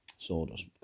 Sawdust